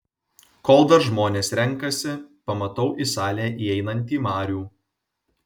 kol dar žmonės renkasi pamatau į salę įeinantį marių